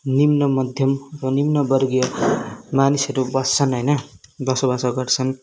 निम्न मध्यम निम्न वर्गीय मानिसहरू बस्छन् होइन बसोबास गर्छन्